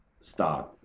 start